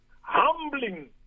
Humbling